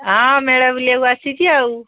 ହଁ ମେଳା ବୁଲିବାକୁ ଆସିଛି ଆଉ